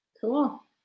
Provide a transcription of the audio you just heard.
Cool